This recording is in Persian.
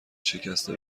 شکسته